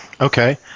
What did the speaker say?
Okay